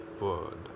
word